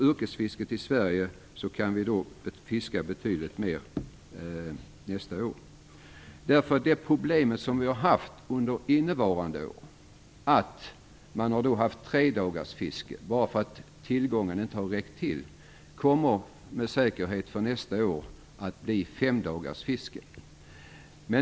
Yrkesfiskarna i Sverige kan alltså fiska betydligt mer nästa år. Problemet under innevarande år har varit att man har haft tredagarsfiske eftersom tillgången på fisk har varit för dålig. Nästa år kommer det med säkerhet att bli femdagarsfiske.